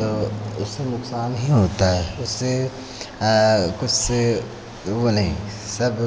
तो उससे नुकसान ही होता है उससे किससे वो नहीं सब